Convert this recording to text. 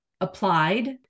applied